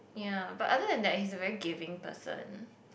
ya but other than that he's a very gaming person